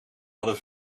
hadden